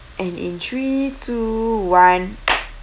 and in three two one